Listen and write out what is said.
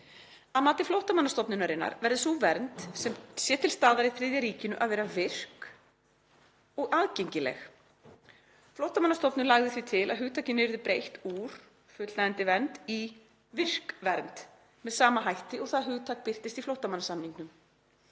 mati Flóttamannastofnunarinnar verði sú vernd sem sé til staðar í þriðja ríkinu að vera virk (e. effective) og aðgengileg (e. available). Flóttamannastofnun lagði því til að hugtakinu yrði breytt úr [fullnægjandi vernd] í [virk vernd] með sama hætti og það hugtak birtist í flóttamannasamningnum.